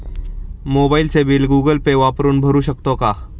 मोबाइलचे bill Google Pay वापरून भरू शकतो का?